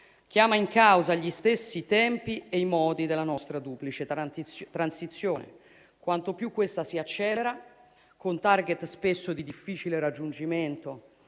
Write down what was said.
chiama in causa gli stessi tempi e i modi della nostra duplice transizione: quanto più questa si accelera con *target* spesso di difficile raggiungimento,